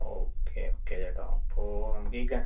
okay okay ചേട്ടാ അപ്പോൾ നമുക്ക് ഈ